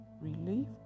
relief